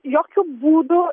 jokiu būdu